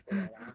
够 liao 了 ah